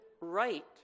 right